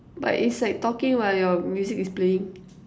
but it's like talking while your music is playing